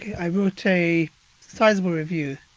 i wrote a sizeable review.